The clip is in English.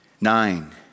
Nine